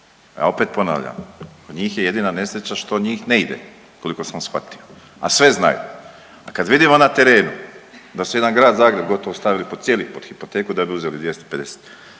ja opet ponavljam, kod njih je jedina nesreća što njih ne ide koliko sam shvatio, a sve znaju, pa kad vidimo na terenu da su jedan Grad Zagreb gotovo stavili, cijeli, pod hipoteku da bi uzeli 250